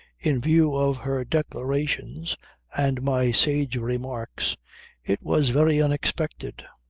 in view of her declarations and my sage remarks it was very unexpected.